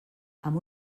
amb